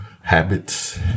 habits